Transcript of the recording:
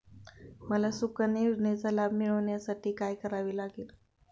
मला सुकन्या योजनेचा लाभ मिळवण्यासाठी काय करावे लागेल?